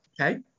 okay